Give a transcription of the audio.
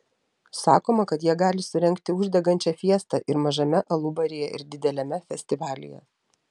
sakoma kad jie gali surengti uždegančią fiestą ir mažame alubaryje ir dideliame festivalyje